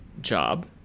job